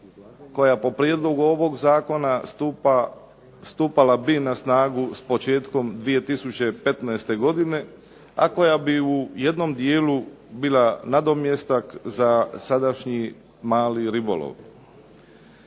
koja po prijedlogu ovog zakona stupala bi na snagu s početkom 2015. godine, a koja bi u jednom dijelu bila nadomjestak za sadašnji mali ribolov.